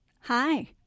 Hi